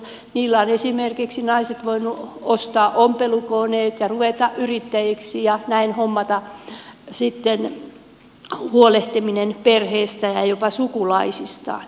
niillä naiset ovat esimerkiksi voineet ostaa ompelukoneet ja ruveta yrittäjiksi ja näin sitten huolehtia perheestään ja jopa sukulaisistaan